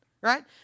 Right